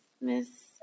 Miss